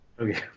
Okay